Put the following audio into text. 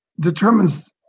determines